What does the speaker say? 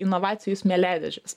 inovacijų smėliadėžes